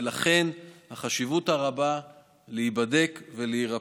ולכן החשיבות הרבה להיבדק ולהירפא.